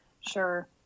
Sure